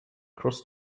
cross